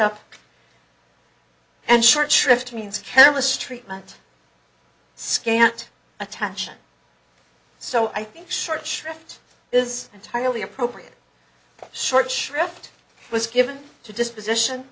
up and short shrift means careless treatment scant attention so i think short shrift is entirely appropriate short shrift was given to disposition